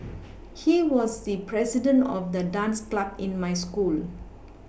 he was the president of the dance club in my school